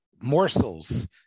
morsels